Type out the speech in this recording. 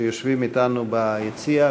בברכה את נציגי המתיישבים שיושבים אתנו ביציע,